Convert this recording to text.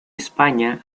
españa